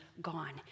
gone